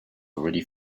already